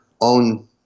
own